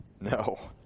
No